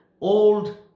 old